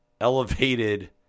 elevated